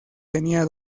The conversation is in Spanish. tenía